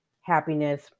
happiness